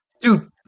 dude